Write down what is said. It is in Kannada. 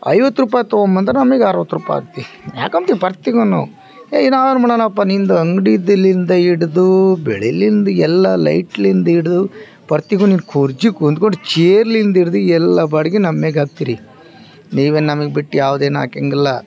ಐವತ್ತು ರುಪಾಯ್ ತಗೋಬಂದು ನಮಗೆ ಅರವತ್ತು ರುಪಾಯ್ ಹಾಕ್ತಿ ಯಾಕಂಬ್ತಿ ಬರ್ತೀಗ ನಾವು ಏಯ್ ನಾವೇನ್ಮಾಡೋಣಪ್ಪ ನಿಂದು ಅಂಗಡಿದೆಲ್ಲಿಂದ ಹಿಡಿದು ಬೆಳೆಲಿಂದು ಎಲ್ಲ ಲೈಟ್ಲಿಂದ ಹಿಡ್ದು ಪರ್ತಿಗು ನೀನು ಕುರ್ಜಿಗೆ ಕುಂತ್ಕೊಂಡು ಚೇರ್ಲಿಂದಿಡಿದು ಎಲ್ಲ ಬಾಡಿಗೆ ನಮ್ಮ ಮೇಲಾಕ್ತಿರಿ ನೀವೇನು ನಮಗ್ ಬಿಟ್ಟು ಯಾವ್ದೇನು ಹಾಕೋಂಗಿಲ್ಲ